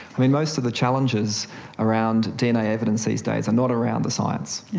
i mean, most of the challenges around dna evidence these days are not around the science.